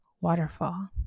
waterfall